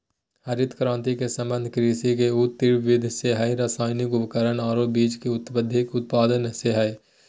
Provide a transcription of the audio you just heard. हरित क्रांति के संबंध कृषि के ऊ तिब्र वृद्धि से हई रासायनिक उर्वरक आरो बीज के अत्यधिक उत्पादन से हई